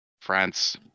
France